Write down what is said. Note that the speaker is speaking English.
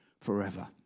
forever